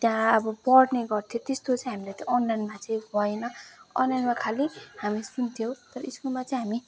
त्यहाँ अब पढ्ने गर्थ्यो त्यस्तो चाहिँ हामीलाई त्यो अनलाइनमा चाहिँ भएन अनलाइनमा खालि हामी सुन्थ्यौँ तर स्कुलमा चाहिँ हामी